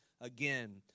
again